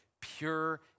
pure